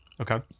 okay